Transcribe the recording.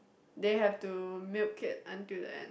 they have to milk it until the end